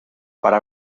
para